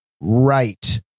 Right